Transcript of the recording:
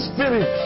Spirit